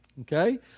Okay